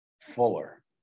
fuller